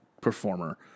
performer